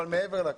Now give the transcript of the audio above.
מעבר לכך,